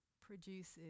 produces